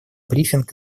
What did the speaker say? брифинг